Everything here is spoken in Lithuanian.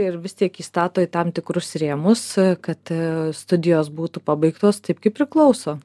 ir vis tiek įstato į tam tikrus rėmus kad studijos būtų pabaigtos taip kaip priklauso